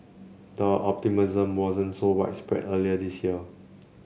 the optimism wasn't so widespread earlier this year